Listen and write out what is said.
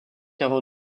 avant